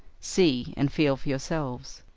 see and feel for yourselves.